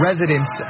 Residents